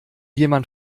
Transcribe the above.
jemand